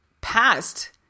past